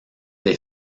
les